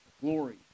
Glory